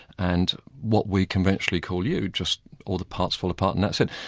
and what we conventionally call you, just all the parts fall apart and that's it.